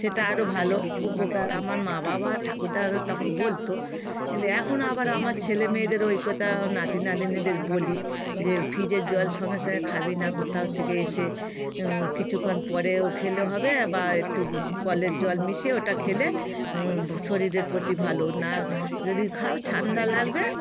সেটা আরও ভালো উপকার আমার মা বাবা ঠাকুরদারও তখন বলতো কিন্তু এখন আবার আমার ছেলেমেয়েদেরও ওই কথা নাতি নাতনিদের বলি যে ফ্রিজের জল সঙ্গে সঙ্গে খাবি না কোথাও থেকে এসে কিছুক্ষণ পরেও খেলে হবে বা একটু কলের জল মিশিয়ে ওটা খেলে শরীরের প্রতি ভালো না যদি খাও ঠান্ডা লাগবে